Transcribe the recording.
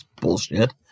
bullshit